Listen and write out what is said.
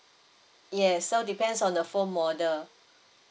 yes so depends on the phone model